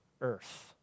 earth